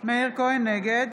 נגד